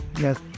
yes